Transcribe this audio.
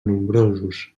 nombrosos